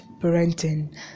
parenting